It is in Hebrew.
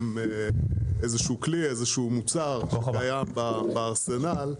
איזשהו מוצר שקיים בארסנל.